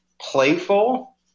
playful